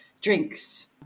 drinks